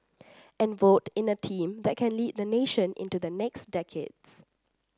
and vote in a team that can lead the nation into the next decades